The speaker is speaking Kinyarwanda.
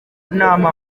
nama